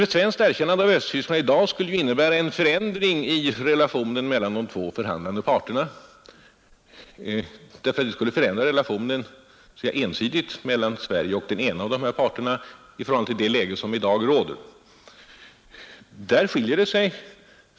Ett svenskt erkännande av Östtyskland i dag skulle ju innebära en förändring i relationen mellan de två förhandlande parterna, Det skulle förändra relationen ensidigt mellan Sverige och den ena av de berörda parterna i förhållande till vad som gäller i dag.